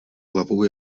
hlavou